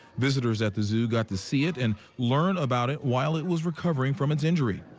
visitors at the zoo got to see it and learn about it while it was recovering from its injury.